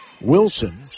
Wilson